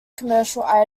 commercial